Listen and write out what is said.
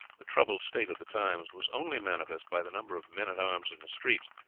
the troubled state of the times was only manifest by the number of men-at-arms in the streets,